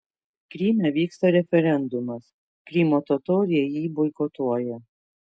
kryme vyksta referendumas krymo totoriai jį boikotuoja